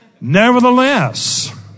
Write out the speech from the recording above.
Nevertheless